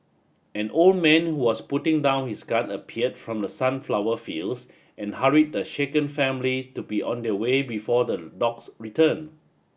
an old man was putting down his gun appeared from the sunflower fields and hurried the shaken family to be on their way before the dogs return